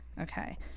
Okay